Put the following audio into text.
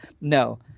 No